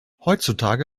heutzutage